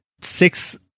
six